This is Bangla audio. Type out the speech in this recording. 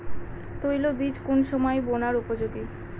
তৈল বীজ কোন সময় বোনার উপযোগী?